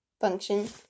function